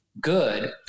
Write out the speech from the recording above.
good